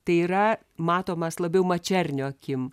tai yra matomas labiau mačernio akim